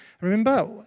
remember